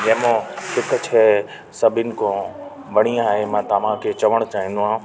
जंहिं मां हिकु शइ सभिनि खां बढ़िया आहे मां तव्हांखे चवणु चाहिंदो आहियां